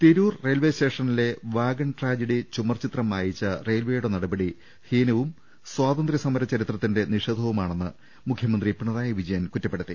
Tirur railway സ്റ്റേഷനിലെ wagon tragedy ചുമർചിത്രം മായിച്ച റെയിൽവെയുടെ നടപടി ഹീന്ദവും സ്വാതന്ത്ര്യ സമര ചരി ത്രത്തിന്റെ നിഷേധവുമാണെന്ന് മുഖ്യമന്ത്രി പിണറായി വിജയൻ കുറ്റ പ്പെടുത്തി